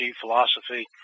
philosophy